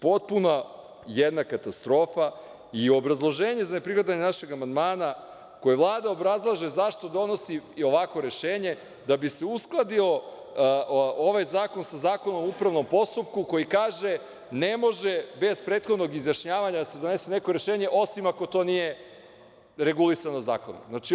Potpuna jedna katastrofa i obrazloženje za ne prihvatanje našeg amandmana, koje Vlada obrazlaže zašto donosi ovakvo rešenje da bi se uskladio ovaj zakon sa Zakonom o upravnom postupku koji kaže - ne može bez prethodnog izjašnjavanja da se donese neko rešenje, osim ako to nije regulisano zakonom.